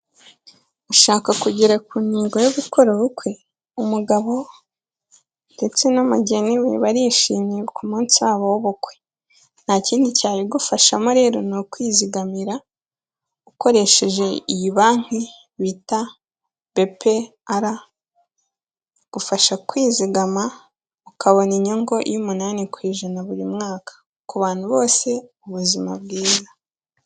Ushaka kugera ku ntego yo gukora ubukwe? Umugabo ndetse n'umugeni we barishimye ku munsi wabo w'ubukwe. Nta kindi cyabigufashamo rero ni ukwizigamira ukoresheje iyi banki bita BPR. Igufasha kwizigama, ukabona inyungu y' umunnani ku ijana buri mwaka. Ku bantu bose, ubuzima bwiza.